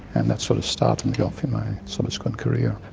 and that sort of started me off in my subsequent career.